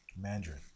Mandarin